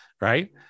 Right